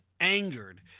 angered